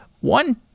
one